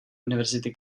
univerzity